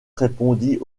répondit